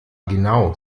genau